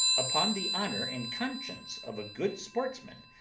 upon the honour and conscience of a good sportsman,